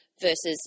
versus